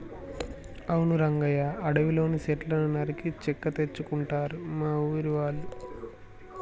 అవును రంగయ్య అడవిలోని సెట్లను నరికి చెక్క తెచ్చుకుంటారు మా ఊరి వాళ్ళు